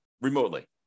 remotely